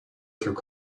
through